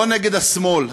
לא נגד השמאל,